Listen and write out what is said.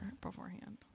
beforehand